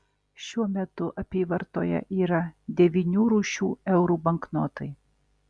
šiuo metu apyvartoje yra devynių rūšių eurų banknotai